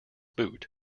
boot